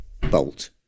Bolt